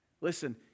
Listen